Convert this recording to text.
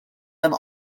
them